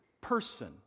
person